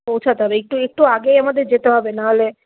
পৌঁছাতে হবে একটু একটু আগে আমাদের যেতে হবে নাহলে